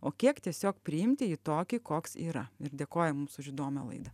o kiek tiesiog priimti jį tokį koks yra ir dėkoja mums už įdomią laidą